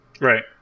Right